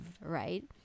right